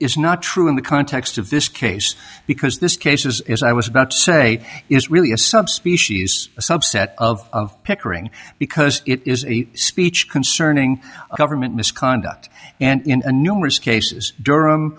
is not true in the context of this case because this case is as i was about to say is really a subspecies a subset of pickering because it is a speech concerning government misconduct and in the numerous cases durham